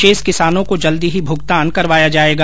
शेष किसानों को जल्द ही भूगतान करवाया जायेगा